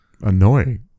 annoying